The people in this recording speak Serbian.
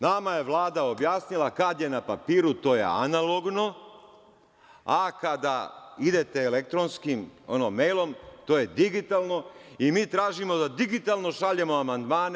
Nama je Vlada objasnila kada je na papiru to je analogno, a kada idete elektronskim mejlom, to je digitalno i mi tražimo da digitalno šaljemo amandmane.